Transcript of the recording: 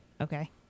okay